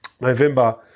November